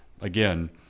again